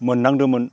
मोननांदोंमोन